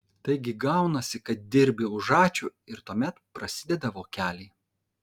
taigi gaunasi kad dirbi už ačiū ir tuomet prasideda vokeliai